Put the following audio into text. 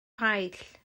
paill